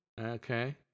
Okay